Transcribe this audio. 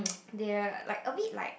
they are like a bit like